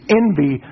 envy